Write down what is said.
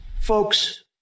folks